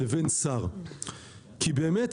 לבין שר כי באמת,